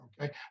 okay